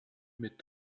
mit